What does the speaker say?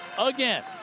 again